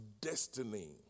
destiny